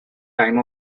time